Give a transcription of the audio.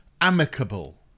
amicable